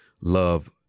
love